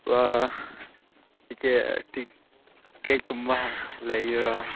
ticket ꯇꯤꯀꯦꯠꯀꯨꯝꯕ ꯂꯩꯒꯦꯔꯥ